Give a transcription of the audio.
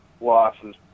losses